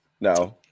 No